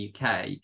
UK